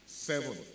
Seven